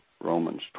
Romans